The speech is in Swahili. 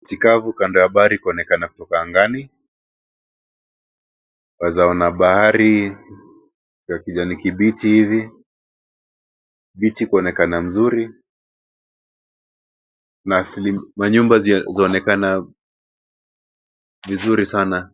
Nchi kavu kando ya bahari kuonekana toka angani, waeza ona bahari ya kijani kibichi hivi, miti kuonekana vizuri na manyumba zaonekana vizuri sana.